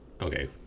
okay